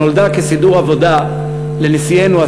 שנולד כסידור עבודה לנשיאנו,